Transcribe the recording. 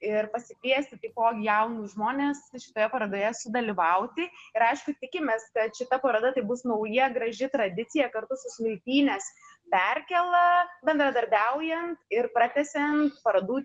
ir pasikviesi taipogi jaunus žmones šitoje parodoje sudalyvauti ir aišku tikimės kad šita paroda tai bus nauja graži tradicija kartu su smiltynės perkėla bendradarbiaujant ir pratęsiant parodų